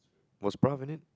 was in it